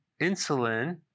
insulin